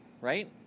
Right